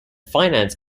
finance